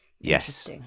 Yes